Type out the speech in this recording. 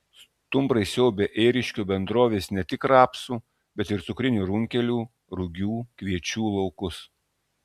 stumbrai siaubia ėriškių bendrovės ne tik rapsų bet ir cukrinių runkelių rugių kviečių laukus